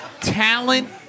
Talent